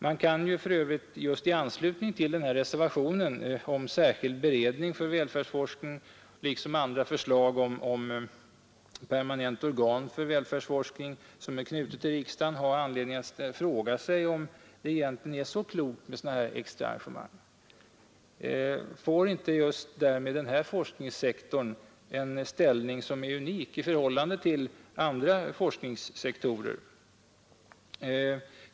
Man kan för övrigt just i anslutning till reservationen om särskild beredning för välfärdsforskning, liksom också till förslag om ett permanent organ för välfärdsforskning knutet till riksdagen, ha anledning fråga sig om det egentligen är så klokt med dessa extra arrangemang. Får inte därmed just den här forskningssektorn en ställning som är unik i förhållande till andra forskningssektorer?